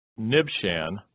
Nibshan